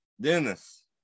Dennis